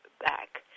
back